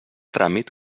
tràmit